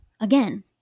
Again